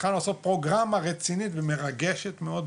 התחלנו לעשות פרוגרמה רצינית ומרגשת מאוד,